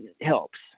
helps